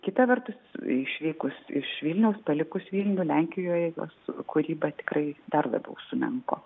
kita vertus išvykus iš vilniaus palikus vilnių lenkijoje kūryba tikrai dar labiau sumenko